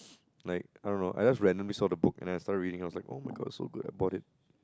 like I don't know I just randomly saw the book and I started reading I was like oh my god so good I bought it